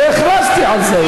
והכרזתי על זה.